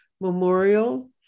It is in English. memorial